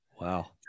Wow